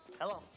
hello